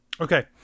Okay